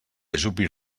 ajupir